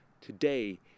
today